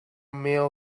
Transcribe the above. meal